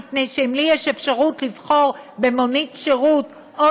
מפני שאם לי יש אפשרות לבחור במונית שירות או